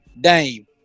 Dame